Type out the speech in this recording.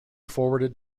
forwarded